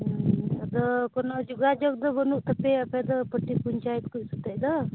ᱟᱫᱚ ᱠᱳᱱᱳ ᱡᱳᱜᱟᱡᱳᱜᱽ ᱫᱚ ᱵᱟᱹᱱᱩᱜ ᱛᱟᱯᱮᱭᱟ ᱟᱯᱮ ᱫᱚ ᱯᱟᱹᱴᱤ ᱯᱚᱧᱪᱟᱭᱮᱫ ᱠᱚ ᱥᱟᱛᱮᱫ ᱫᱚ